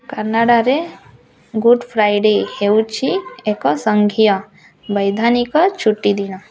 କାନାଡ଼ାରେ Good Friday ହେଉଛି ଏକ ସଂଘୀୟ ବୈଧାନିକ ଛୁଟିଦିନ